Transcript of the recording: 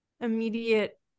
immediate